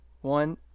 one